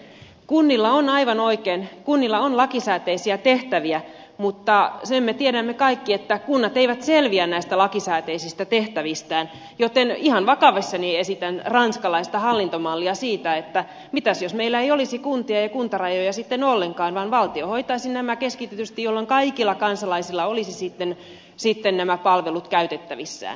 kunnilla on aivan oikein lakisääteisiä tehtäviä mutta sen me tiedämme kaikki että kunnat eivät selviä näistä lakisääteisistä tehtävistään joten ihan vakavissani esitän ranskalaista hallintomallia että mitäs jos meillä ei olisi kuntia ja kuntarajoja ollenkaan vaan valtio hoitaisi nämä keskitetysti jolloin kaikilla kansalaisilla olisi nämä palvelut käytettävissään